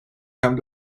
come